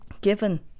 given